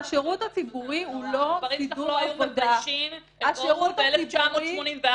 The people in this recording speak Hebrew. הדברים שלך לא היו מביישים את אורוול 1984,